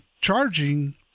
charging